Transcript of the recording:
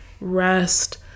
rest